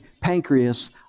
pancreas